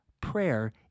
Prayer